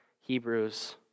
Hebrews